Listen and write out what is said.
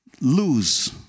lose